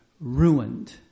ruined